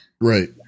Right